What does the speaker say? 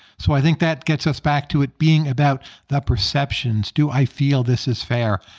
so i think that gets us back to it being about the perceptions do i feel this is fair?